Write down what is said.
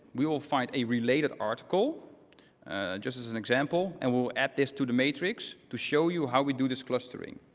we will find a related article just as an example, and we'll add this to the matrix to show you how we do this clustering.